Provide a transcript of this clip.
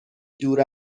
دور